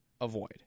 avoid